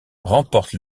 remporte